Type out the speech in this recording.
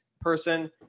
person